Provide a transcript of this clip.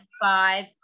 five